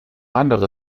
andere